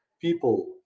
people